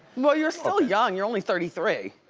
but you're still young you're only thirty three.